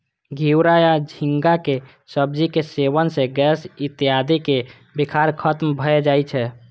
घिवरा या झींगाक सब्जी के सेवन सं गैस इत्यादिक विकार खत्म भए जाए छै